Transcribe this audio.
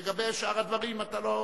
לגבי שאר הדברים, אתה לא צדקת,